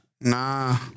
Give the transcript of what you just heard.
Nah